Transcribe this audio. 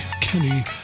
Kenny